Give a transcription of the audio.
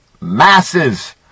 masses